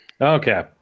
Okay